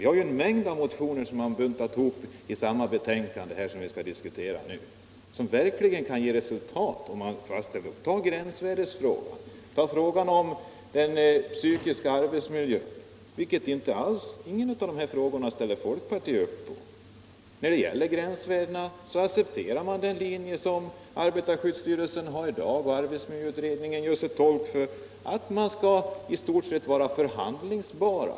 Man har i det betänkande som vi nu diskuterar buntat ihop en mängd motioner från oss, som verkligen kan leda till resultat om man tar fasta på dem. Ta 1. ex. gränsvärdesfrågan och spörsmålet om den psykiska arbetsmiljön! Folkpartiet ställer inte upp för något av dessa krav. När det gäller gränsvärdena accepterar man den linje som arbetarskyddsstyrelsen i dag driver och som arbetsmiljöutredningen gör sig till talesman för, nämligen att dessa i stort sett skall vara förhandlingsbara.